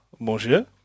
Bonjour